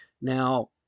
Now